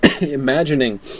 Imagining